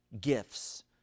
gifts